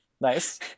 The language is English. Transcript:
Nice